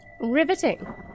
Riveting